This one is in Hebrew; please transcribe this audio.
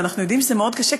ואנחנו יודעים שזה מאוד קשה,